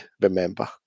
remember